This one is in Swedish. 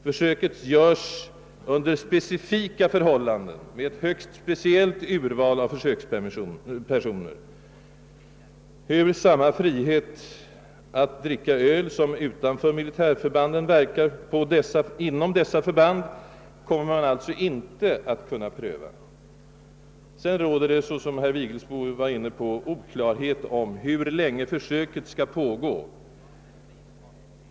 Försöket görs under specifika förhållanden med ett högst speciellt urval av försökspersoner. Hur samma frihet att dricka öl inom som utanför militärförbanden verkar kommer man alltså inte att kunna pröva. Som herr Vigelsbo berörde råder det oklarhet om hur länge försöket skall pågå.